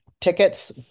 tickets